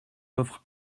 offre